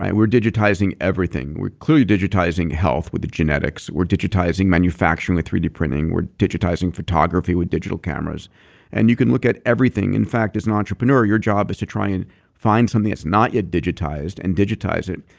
we're digitizing everything. we're clearly digitizing health with the genetics. we're digitizing manufacturing with three d printing. we're digitizing photography with digital cameras and you can look at everything. in fact, as an entrepreneur, your job is to try and find something that's not yet digitized and digitize it.